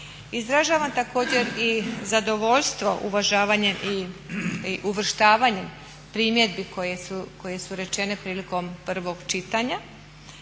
Izražavam također i zadovoljstvo uvažavanjem i uvrštavanjem primjedbi koje su rečene prilikom prvog čitanja